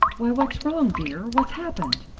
why, what's wrong, dear? what's happened?